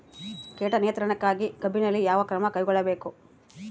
ಕೇಟ ನಿಯಂತ್ರಣಕ್ಕಾಗಿ ಕಬ್ಬಿನಲ್ಲಿ ಯಾವ ಕ್ರಮ ಕೈಗೊಳ್ಳಬೇಕು?